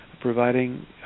providing